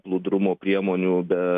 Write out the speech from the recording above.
plūdrumo priemonių be